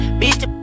bitch